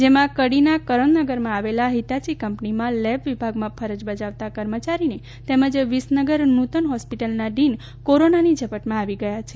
જેમાં કડીના કરણનગરમાં આવેલ હીટાચી કંપનીમાં લેબ વિભાગમાં ફરજ બજાવતા કર્મચારીને તેમજ વિસનગર નૂતન હોસ્પિટલના ડીન કોરોનાની ઝપટમાં આવી ગયા છે